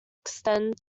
extend